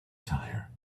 tire